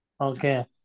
Okay